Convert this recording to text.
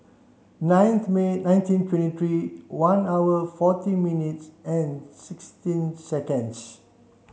ninth May nineteen twenty three one hour forty minutes and sixteen seconds